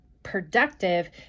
Productive